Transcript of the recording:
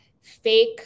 fake